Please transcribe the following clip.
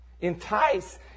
Entice